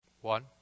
One